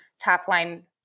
top-line